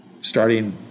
starting